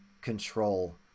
control